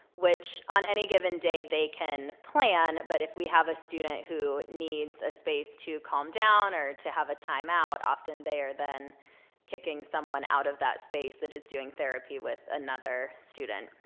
which on any given day they can plan, but if we have a student who needs a space to calm down or to have a timeout, often they are then kicking someone out of that space that is doing therapy with another student.